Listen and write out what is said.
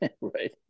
Right